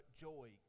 joy